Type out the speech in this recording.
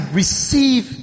receive